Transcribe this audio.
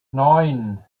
neun